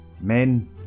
Men